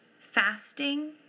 fasting